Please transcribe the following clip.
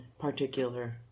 particular